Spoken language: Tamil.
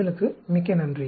தங்களுக்கு மிக்க நன்றி